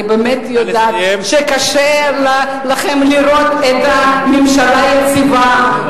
אני באמת יודעת שקשה לכם לראות את הממשלה יציבה,